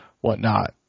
whatnot